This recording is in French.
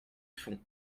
fond